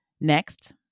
Next